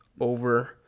over